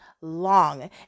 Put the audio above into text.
long